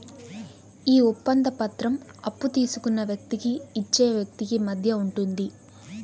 ఈ ఒప్పంద పత్రం అప్పు తీసుకున్న వ్యక్తికి ఇచ్చే వ్యక్తికి మధ్య ఉంటుంది